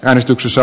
äänestyksessä